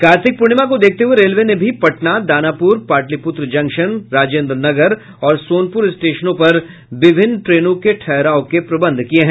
कार्तिक पूर्णिमा को देखते हुए रेलवे ने भी पटना दानापूर पाटलिपूत्र जंक्शन राजेन्द्र नगर और सोनपुर स्टेशन पर विभिन्न ट्रेनों के ठहराव के प्रबंध किये हैं